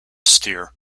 steer